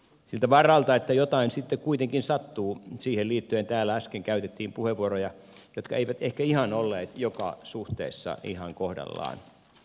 siltä varalta että jotain kuitenkin sattuu siihen liittyen täällä äsken käytettiin puheenvuoroja jotka eivät ehkä olleet joka suhteessa ihan kohdallaan